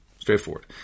Straightforward